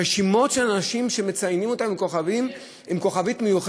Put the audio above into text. רשימות של אנשים שמציינים אותם עם כוכבית מיוחדת